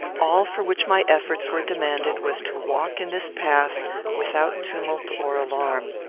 all for which my efforts were demanded was to walk in this path without tumult or alarm.